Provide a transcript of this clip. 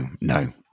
no